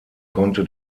konnte